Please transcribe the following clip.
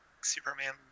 Superman